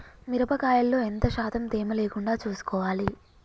మిరప కాయల్లో ఎంత శాతం తేమ లేకుండా చూసుకోవాలి?